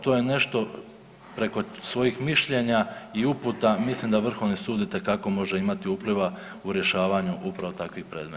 To je nešto preko svojih mišljenja i uputa mislim da Vrhovni sud itekako može imati upliva u rješavanju upravo takvih predmeta.